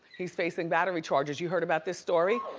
he's facing battery charges, you heard about this story?